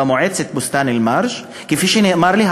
במועצת בוסתאן-אלמרג' כפי שנאמר לי,